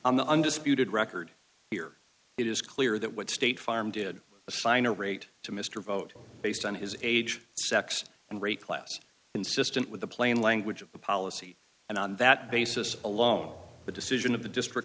on the undisputed record here it is clear that what state farm did a fine or eight to mr vote based on his age sex and rate class consistent with the plain language of the policy and on that basis alone the decision of the district